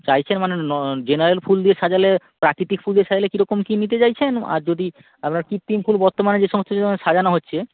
চাইছেন মানে ন জেনারেল ফুল দিয়ে সাজালে প্রাকৃতিক ফুল দিয়ে সাজালে কী রকম কী নিতে চাইছেন আর যদি আপনার কৃত্রিম ফুল বর্তমানে যে সমস্ত সাজানো হচ্ছে